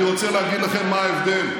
אני רוצה להגיד לכם מה ההבדל,